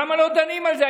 למה לא דנים על זה?